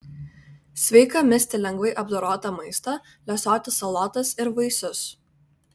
sveika misti lengvai apdorotą maistą lesioti salotas ir vaisius